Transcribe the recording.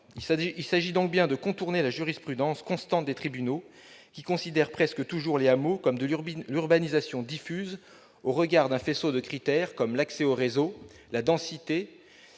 Il s'agit donc bien de contourner la jurisprudence constante des tribunaux, qui considère presque toujours les hameaux comme de l'urbanisation diffuse, au regard d'un faisceau de critères : l'accès au réseau, la densité,